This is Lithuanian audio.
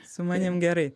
su manim gerai